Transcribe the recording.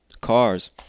Cars